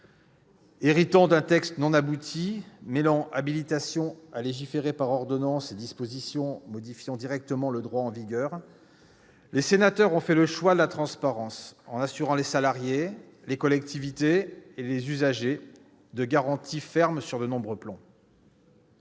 hérité d'un texte non abouti, mêlant habilitations à légiférer par ordonnances et dispositions modifiant directement le droit en vigueur, les sénateurs ont fait le choix de la transparence, en instaurant, au bénéfice des salariés, des collectivités et des usagers, des garanties fermes sur de nombreux plans.